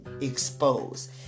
exposed